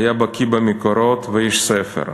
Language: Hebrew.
היה בקי במקורות ואיש ספר.